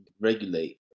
regulate